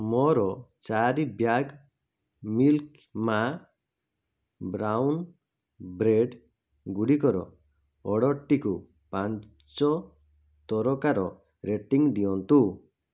ମୋର ଚାରି bag milk ମା' ବ୍ରାଉନ୍ ବ୍ରେଡ଼୍ ଗୁଡ଼ିକର ଅର୍ଡ଼ର୍ଟିକୁ ପାଞ୍ଚ ତାରକାର ରେଟିଂ ଦିଅନ୍ତୁ